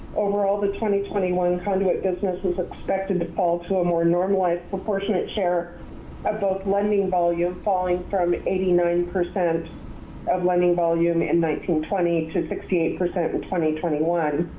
overall, the twenty, twenty one conduit business is expected to fall to a more normalized proportionate share of both lending volume falling from eighty nine percent of lending volume in nineteen, twenty to sixty eight percent in twenty, twenty one.